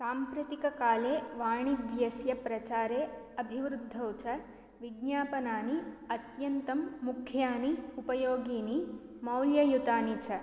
साम्प्रतिककाले वाणिज्यस्य प्रचारे अभिवृद्धौ च विज्ञापनानि अत्यन्तं मुख्यानि उपयोगिनि मौल्ययुतानि च